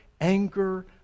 anger